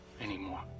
anymore